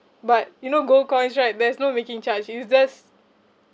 but you know gold coins right there's no making charge yous just